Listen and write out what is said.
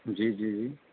جی جی جی